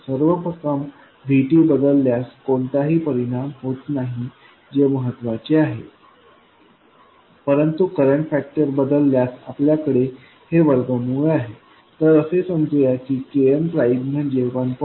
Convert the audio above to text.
सर्वप्रथम VT बदलल्यास कोणताही परिणाम होत नाही जे महत्त्वाचे आहे परंतु करंट फॅक्टर बदलल्यास आपल्याकडे हे वर्गमूळ आहे तर असे समजूया की Kn प्राइम म्हणजे 1